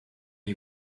you